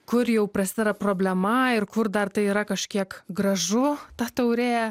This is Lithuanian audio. kur jau prasiera problema ir kur dar tai yra kažkiek gražu ta taurė